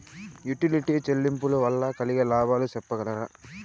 Utility చెల్లింపులు వల్ల కలిగే లాభాలు సెప్పగలరా?